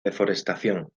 deforestación